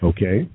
Okay